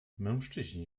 mężczyźni